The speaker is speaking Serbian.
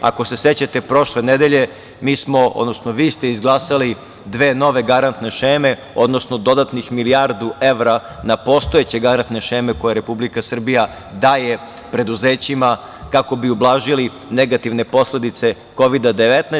Ako se sećate prošle nedelje, mi smo, odnosno vi ste izglasali dve nove garantne šeme, odnosno dodatnih milijardu evra na postojeće garantne šeme koje Republika Srbija daje preduzećima kako bi ublažili negativne posledice Kovida-19.